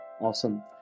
Awesome